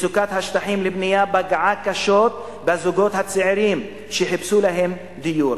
מצוקת השטחים לבנייה פגעה קשות בזוגות הצעירים שחיפשו להם דיור.